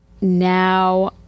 Now